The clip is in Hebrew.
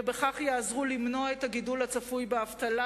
ובכך יעזרו למנוע את הגידול הצפוי באבטלה,